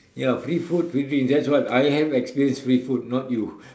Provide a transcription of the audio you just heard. ya free food free drink that's why I have experience free food not you